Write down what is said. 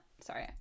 sorry